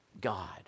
God